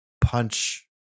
punch